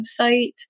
website